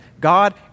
God